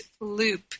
loop